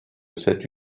cette